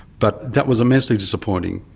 but that was immensely disappointing.